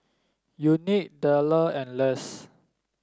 Unique Dale and Less